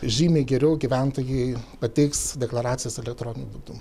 žymiai geriau gyventojai pateiks deklaracijas elektroniniu būdu